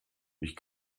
ich